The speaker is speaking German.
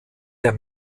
der